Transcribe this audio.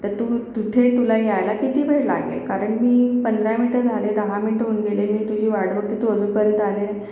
तर तू तिथे तुला यायला किती वेळ लागेल कारण मी पंधरा मिनटं झाले दहा मिनटं होऊन गेले मी तुझी वाट बघतेय तू अजूनपर्यंत आलेला